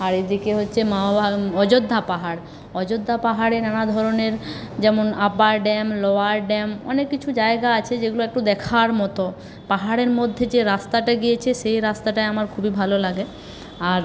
আর এদিকে হচ্ছে মামা ভা অযোধ্যা পাহাড় অযোধ্যা পাহাড়ে নানা ধরনের যেমন আপার ড্যাম লোয়ার ড্যাম অনেক কিছু জায়গা আছে যেগুলো একটু দেখার মতো পাহাড়ের মধ্যে যে রাস্তাটা গিয়েছে সেই রাস্তাটায় আমার খুবই ভালো লাগে আর